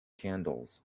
candles